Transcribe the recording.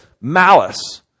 malice